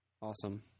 Awesome